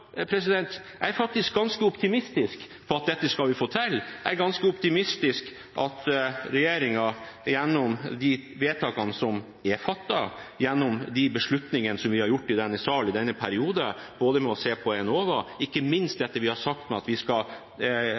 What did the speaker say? jeg er faktisk ganske optimistisk på at dette skal vi få til. Jeg er ganske optimistisk når det gjelder de vedtakene som er fattet, gjennom de beslutningene som vi har gjort i denne sal i denne perioden, bl.a. med å se på Enova, ikke minst det vi har sagt med at det offentlige skal